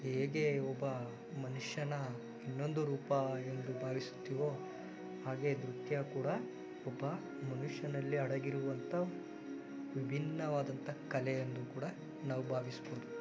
ಹೇಗೆ ಒಬ್ಬ ಮನುಷ್ಯನ ಇನ್ನೊಂದು ರೂಪ ಎಂದು ಭಾವಿಸುತ್ತಿವೋ ಹಾಗೆ ನೃತ್ಯ ಕೂಡ ಒಬ್ಬ ಮನುಷ್ಯನಲ್ಲಿ ಅಡಗಿರುವಂಥ ವಿಭಿನ್ನವಾದಂಥ ಕಲೆ ಎಂದು ಕೂಡ ನಾವು ಭಾವಿಸಬಹುದು